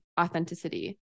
authenticity